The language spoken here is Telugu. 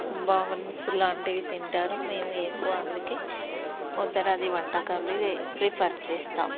బన్స్ లాంటివి తింటారు మేము ఎక్కువ అందుకే ఉత్తరాది వంటకాలే ప్రిఫర్ చేస్తాం